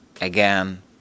again